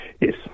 Yes